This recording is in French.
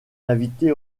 invités